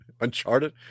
Uncharted